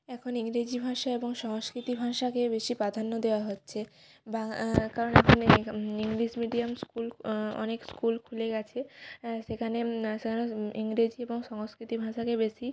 এখন ইংরেজি ভাষা এবং সংস্কৃত ভাষাকে বেশি প্রাধান্য দেওয়া হচ্ছে বা কারণ এখানে ইংলিশ মিডিয়াম স্কুল অনেক স্কুল খুলে গেছে অ্যাঁ সেখানে ইংরেজি এবং সংস্কৃত ভাষাকে বেশি